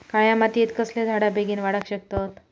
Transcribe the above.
काळ्या मातयेत कसले झाडा बेगीन वाडाक शकतत?